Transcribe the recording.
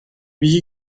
vije